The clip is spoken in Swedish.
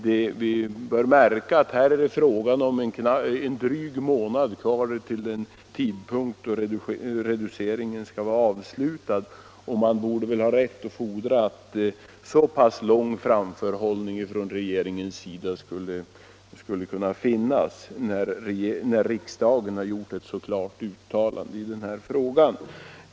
Det bör observeras att det nu bara en är dryg månad kvar till den tidpunkt då reduceringen skall vara avslutad. Man tycker att dessa människor borde ha rätt att fordra en bättre planering av regeringen, när riksdagen har gjort ett klart uttalande i den frågan redan i våras.